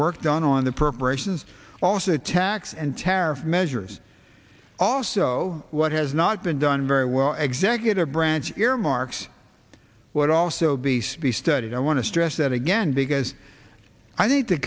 work done on the preparations also the tax and tariff measures also what has not been done very well executive branch earmarks would also be speech studied i want to stress that again because i think that